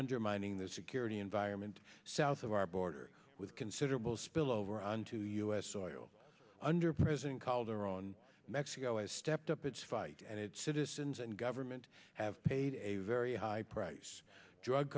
undermining the security environment south of our border with considerable spill over onto us soil under president calderon mexico has stepped up its fight and its citizens and government have paid a very high price drug